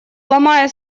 ломая